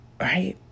Right